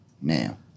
Now